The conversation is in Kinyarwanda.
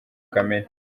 kamere